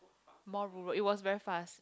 more rural it was very fast